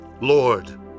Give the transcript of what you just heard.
Lord